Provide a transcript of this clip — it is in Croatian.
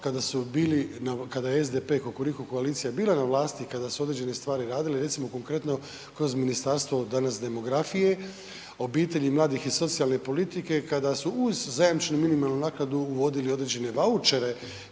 kada je SDP, Kukuriku koalicija bila na vlasti, kada su određene stvari radili, recimo konkretno kod ministarstvo, danas demografije, obitelji, mladih i socijalne politike, kada su uz zajamčenu minimalnu naknadu uvodili određene vaučere